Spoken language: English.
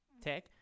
tech